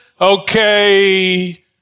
okay